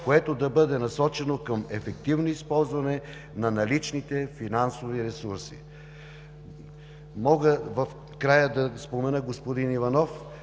което да бъде насочено към ефективно използване на наличните финансови ресурси. Мога в края да спомена, господин Иванов,